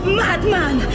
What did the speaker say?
madman